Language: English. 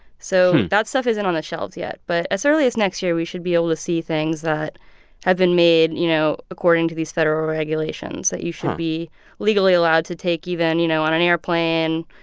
so that stuff isn't on the shelves yet. but, as early as next year, we should be able to see things that have been made, you know, according to these federal regulations that you should be legally allowed to take even, you know, on an airplane,